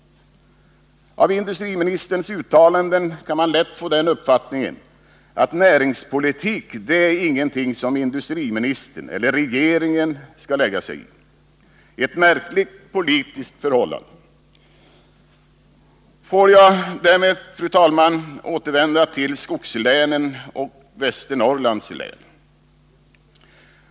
Av industriministerns uttalanden kan man lätt få den uppfattningen att näringspolitik är ingenting som industriministern eller regeringen skall lägga sig i. Ett märkligt politiskt förhållande. Får jag därmed, fru talman, återvända till skogslänen och Västernorrlands län.